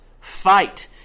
Fight